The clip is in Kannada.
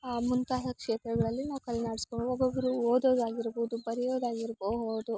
ಮುಂತಾದ ಕ್ಷೇತ್ರಗಳಲ್ಲಿ ನಾವು ಕೈಯಾಡಿಸ್ಕೊ ಒಬ್ಬೊಬ್ರು ಓದೋದು ಆಗಿರಬೋದು ಬರೆಯೋದು ಆಗಿರಬಹುದು